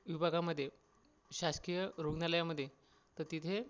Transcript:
विभागामधे शासकीय रुग्णालयामधे तर तिथे